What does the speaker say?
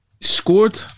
scored